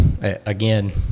again